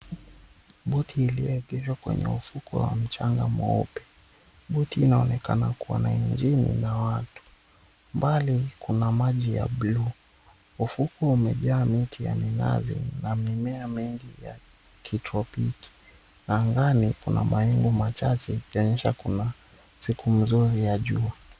Boti iliyoekeshwa kwenye ufuko wa mchanga mweupe, boti inaonekana kuwa na injini, na mbali kuna maji ya buluu. Ufukwe umejaa miti ya minazi na mimea mingi ya kitropiki. Angani kuna mawingu machache, ikionyesha kuna siku nzuri ya jua.